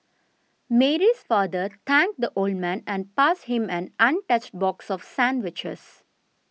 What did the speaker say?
Mary's father thanked the old man and passed him an untouched box of sandwiches